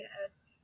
Yes